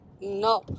No